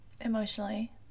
emotionally